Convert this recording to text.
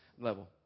level